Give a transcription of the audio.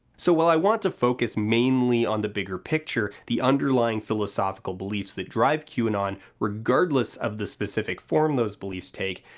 so while i want to focus mainly on the bigger picture, the underlying philosophical beliefs that drive qanon regardless of the specific form those beliefs take,